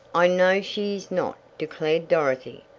i know she is not, declared dorothy,